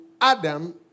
Adam